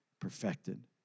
perfected